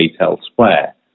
elsewhere